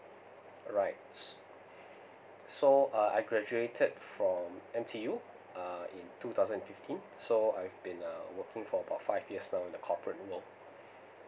alright so uh I graduated from N T U uh in two thousand and fifteen so I've been uh working for about five years now in the corporate world